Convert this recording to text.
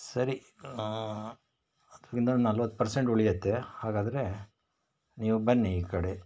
ಸರಿ ಇನ್ನೊಂದು ನಲ್ವತ್ತು ಪರ್ಸೆಂಟ್ ಉಳಿಯತ್ತೆ ಹಾಗಾದರೆ ನೀವು ಬನ್ನಿ ಈ ಕಡೆ